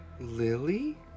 lily